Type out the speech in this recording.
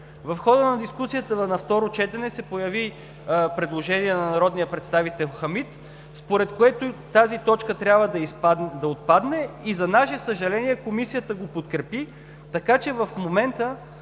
В хода на дискусията на второ четене се появи предложение на народния представител Хамид, според което тази точка трябва да отпадне и за наше съжаление Комисията го подкрепи, така че в момента